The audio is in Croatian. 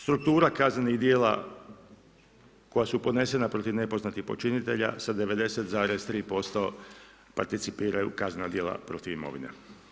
Struktura kaznenih djela koja su podnesena protiv nepoznatih počinitelja sa 90,3% participiraju kaznena djela protiv imovine.